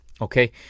okay